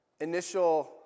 initial